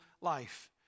life